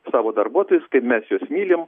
savo darbuotojus kaip mes jus mylim